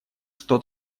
что